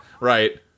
Right